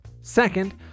Second